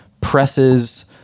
presses